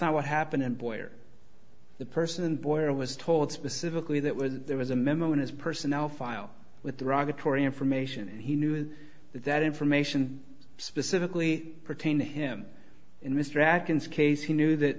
not what happened and boy or the person boy it was told specifically that was there was a memo in his personnel file with derogatory information and he knew that that information specifically pertain to him in mr racoons case he knew that